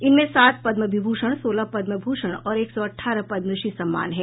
इनमें सात पद्म विभूषण सोलह पद्म भूषण और एक सौ अठारह पद्मश्री सम्मान हैं